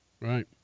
Right